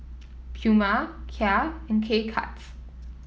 Puma Kia and K Cuts